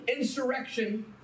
insurrection